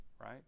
right